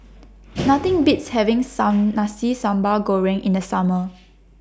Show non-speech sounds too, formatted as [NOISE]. [NOISE] Nothing Beats having Some Nasi Sambal Goreng in The Summer